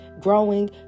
Growing